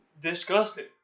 disgusting